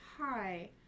Hi